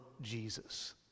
Jesus